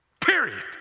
Period